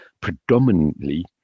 Predominantly